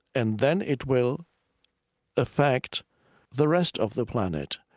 and then it will affect the rest of the planet.